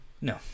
no